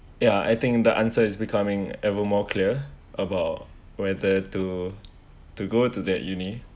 ya I think the answer is becoming ever more clear about whether to to go to that uni